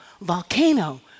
volcano